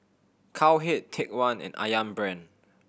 Cowhead Take One and Ayam Brand